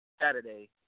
Saturday